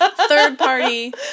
third-party